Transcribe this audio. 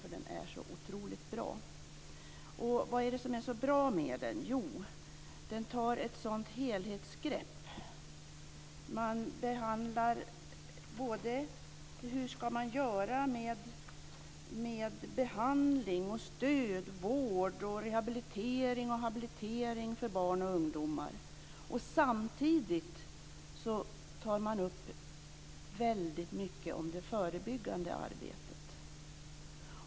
Den är så otroligt bra. Vad är det som är så bra med den? Jo, den tar ett helhetsgrepp. Man behandlar hur man ska göra med behandling, stöd, vård, rehabilitering och habilitering för barn och ungdomar. Samtidigt tar man upp väldigt mycket om det förebyggande arbetet.